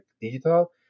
digital